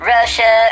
Russia